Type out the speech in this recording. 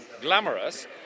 glamorous